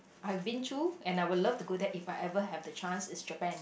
I have been to and I would love to go that if I ever have the chance is Japan